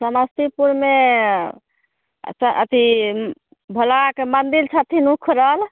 समस्तीपुरमे अथी भोला बाबाके मन्दिर छथिन उखरल